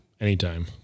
anytime